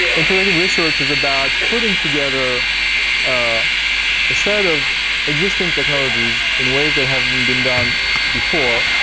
intuitive research is about putting together a set of existing technologies in ways that haven't been been done before,